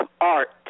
Art